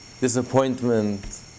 disappointment